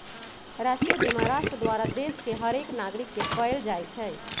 राष्ट्रीय बीमा राष्ट्र द्वारा देश के हरेक नागरिक के कएल जाइ छइ